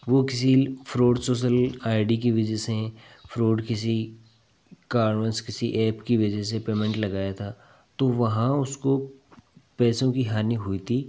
वो किसी fraud social I D की वजह से फ्रॉड किसी कारणवश किसी ऐप की वजह से पेमेंट लगाया था तो वहाँ उसको पैसों की हानि हुई थी